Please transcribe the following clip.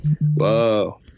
whoa